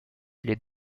les